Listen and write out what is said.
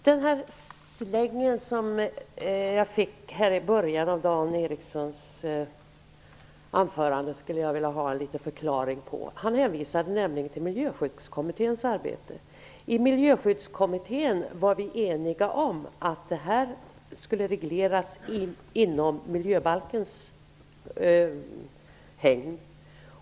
Fru talman! Den släng som Dan Ericsson i Kolmården gav mig i början av sitt anförande skulle jag vilja ha en förklaring till. Han hänvisade nämligen till Miljöskyddskommitténs arbete. Men i Miljöskyddskommittén var vi eniga om att det här skulle regleras inom miljöbalkens hägn.